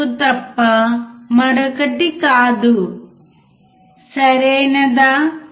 04 తప్ప మరొకటి కాదు సరియైనదా